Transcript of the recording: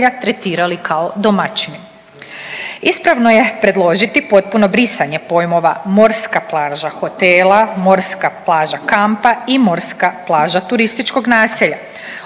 tretirali kao domaćini. Ispravno je predložiti potpuno brisanje pojmova morska plaža hotela, morska plaža kampa i morska plaža turističkog naselja.